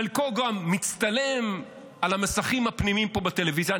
חלקו גם מצטלם על המסכים הפנימיים פה בטלוויזיה.